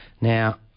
Now